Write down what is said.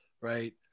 right